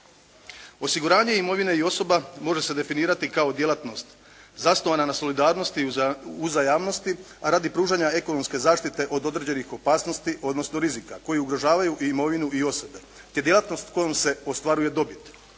Osiguranje imovine i osoba može se definirati kao djelatnost zasnovana na solidarnosti i uzajamnosti, a radi pružanja ekonomske zaštite od određenih opasnosti odnosno rizika koji ugrožavaju imovinu i osobe, te djelatnost kojom se ostvaruje dobit.